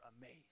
amazed